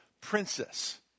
princess